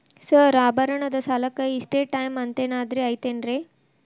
Sir ಆಭರಣದ ಸಾಲಕ್ಕೆ ಇಷ್ಟೇ ಟೈಮ್ ಅಂತೆನಾದ್ರಿ ಐತೇನ್ರೇ?